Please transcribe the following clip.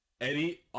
Eddie